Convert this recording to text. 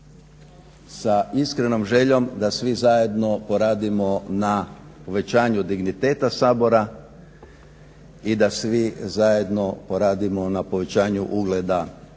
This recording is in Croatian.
sa iskrenom željom da svi zajedno poradimo na uvećanju digniteta Sabora i da svi zajedno poradimo na povećanju ugleda